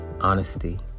honesty